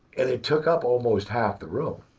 and it took up almost half the room.